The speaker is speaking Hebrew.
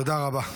תודה רבה.